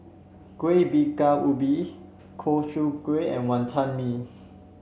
Kuih Bingka Ubi O Ku Kueh and Wantan Mee